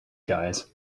guys